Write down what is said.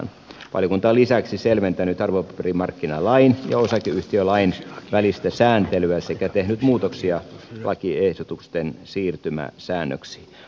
valiokunta on lisäksi selventänyt arvopaperimarkkinalain ja osakeyhtiölain välistä sääntelyä sekä tehnyt muutoksia lakiehdotusten siirtymäsäännöksiin